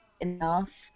enough